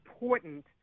important